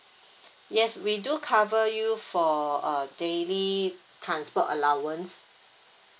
yes we do cover you for err daily transport allowance